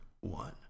One